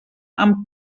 amb